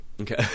Okay